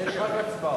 יש רק הצבעות.